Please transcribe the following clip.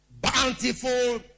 Bountiful